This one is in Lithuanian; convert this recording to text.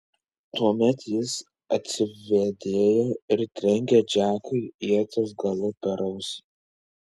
tuomet jis atsivėdėjo ir trenkė džekui ieties galu per ausį